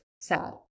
sad